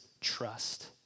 trust